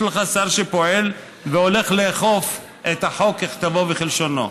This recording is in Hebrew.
יש לך שר שפועל והולך לאכוף את החוק ככתבו וכלשונו.